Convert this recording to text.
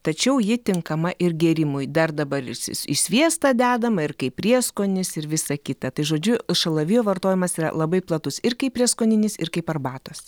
tačiau ji tinkama ir gėrimui dar dabar ir įs į sviestą dedama ir kaip prieskonis ir visa kita tai žodžiu šalavijo vartojimas yra labai platus ir kaip prieskoninis ir kaip arbatos